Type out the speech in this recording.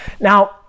Now